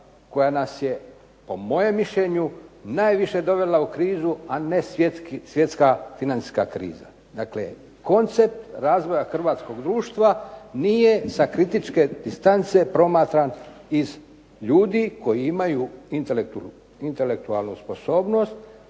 koja nas je po mojem mišljenju najviše dovela u krizu, a ne svjetska financijska kriza. Dakle koncept razvoja hrvatskog društva nije sa kritičke distance promatran iz ljudi, koji imaju intelektualnu sposobnost,